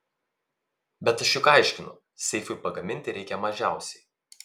bet aš juk aiškinu seifui pagaminti reikia mažiausiai